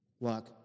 luck